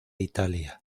italia